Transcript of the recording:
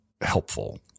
helpful